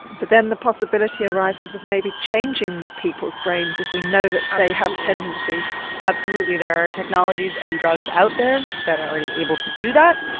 but then the possibility arises of maybe changing people's brains if we know they have tendencies. absolutely, there are technologies and drugs out there that are already able to do that.